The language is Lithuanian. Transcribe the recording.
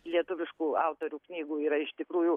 lietuviškų autorių knygų yra iš tikrųjų